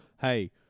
hey